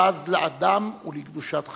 בז לאדם ולקדושת חיים.